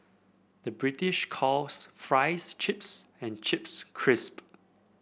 the British calls fries chips and chips crisp